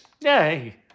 Yay